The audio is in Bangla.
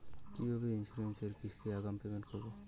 কিভাবে ইন্সুরেন্স এর কিস্তি আগাম পেমেন্ট করবো?